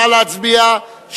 נא להצביע,